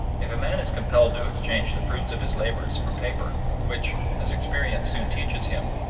if a man is compelled to exchange the fruits of his labors for paper which, as experience soon teaches him,